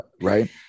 Right